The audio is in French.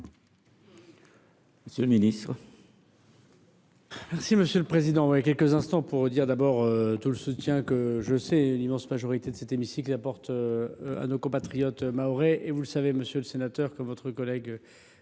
Monsieur le ministre,